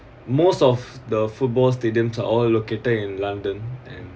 most of the football stadium are all located in london and